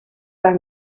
las